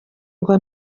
ngo